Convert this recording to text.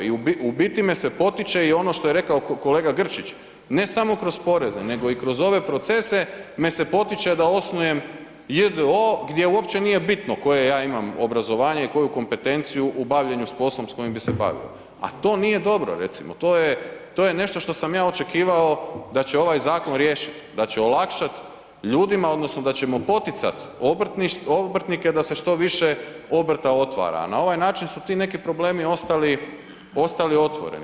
I u biti me se potiče i ono što je rekao kolega Grčić, ne samo kroz poreze nego i kroz ove procese me se potiče da osnujem j.d.o.o. gdje uopće nije bitno koje ja imam obrazovanje i koju kompetenciju u bavljenju s poslom s kojim bi se bavio a to nije dobro recimo, to je nešto što sam ja očekivao da će ovaj zakon riješiti, da će olakšati ljudima odnosno da ćemo poticati obrtnike da se što više obrta otvara a na ovaj način su ti neki problemi ostali otvoreni.